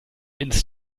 ins